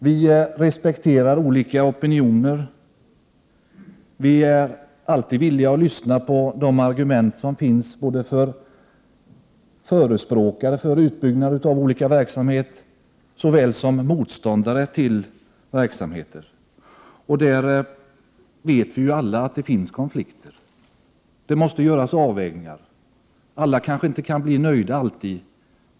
Vi respekterar olika opinioner, vi är alltid villiga att lyssna på de argument som anförs såväl från förespråkare för utbyggnad av olika verksamheter som från motståndare till verksamheter. Och vi vet alla att det finns konflikter. Det måste göras avvägningar. Alla kanske inte kan bli nöjda alltid.